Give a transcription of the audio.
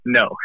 no